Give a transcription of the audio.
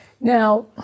Now